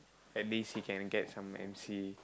at least he can get some M_C